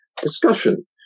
discussion